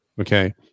okay